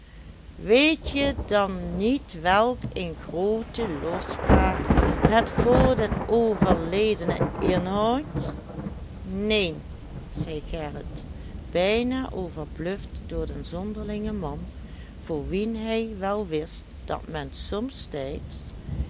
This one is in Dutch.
nadruk weetje dan niet welk een groote lofspraak het voor den overledene inhoudt neen zei gerrit bijna overbluft door den zonderlingen man voor wien hij wel wist dat men somtijds